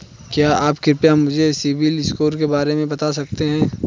क्या आप कृपया मुझे सिबिल स्कोर के बारे में बता सकते हैं?